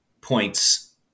points